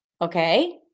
Okay